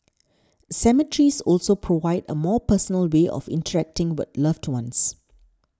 cemeteries also provide a more personal way of interacting with loved ones